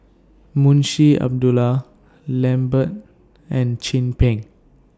Munshi Abdullah Lambert and Chin Peng